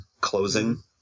closing